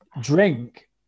drink